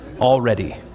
already